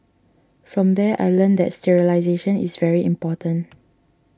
from there I learnt that sterilisation is very important